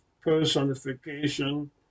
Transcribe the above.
personification